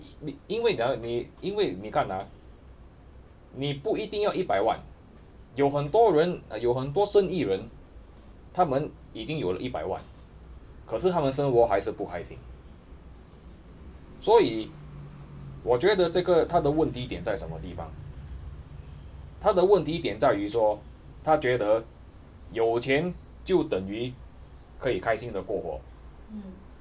因为怎样你因为你看啊你不一定要一百万有很多人有很多生意人他们已经有了一百万可是他们生活还是不开心所以我觉得这个他的问题点在什么地方他的问题点在于说他觉得有钱就等于可以开心的过活